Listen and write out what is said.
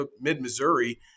mid-Missouri